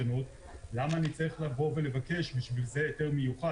למה אני צריך לבקש בשביל זה היתר מיוחד?